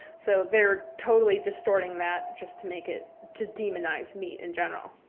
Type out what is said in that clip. so they're totally distorting that just to make it to demonize meat in general.